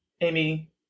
Amy